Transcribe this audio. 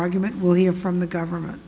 argument we'll hear from the government